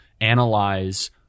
analyze